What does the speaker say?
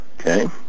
Okay